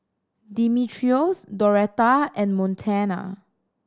Dimitrios Doretta and Montana